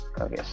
okay